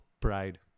pride